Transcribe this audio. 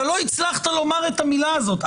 אתה לא הצלחת לומר את המילה הזאת.